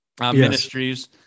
ministries